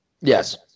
yes